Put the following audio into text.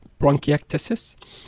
bronchiectasis